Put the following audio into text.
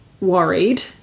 worried